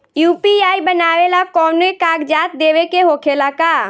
UPI बनावेला कौनो कागजात देवे के होखेला का?